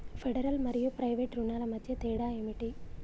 Federal మరియు private రుణాల మధ్య తేడా ఏమిటి?